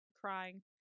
crying